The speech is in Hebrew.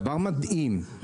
דבר מדהים,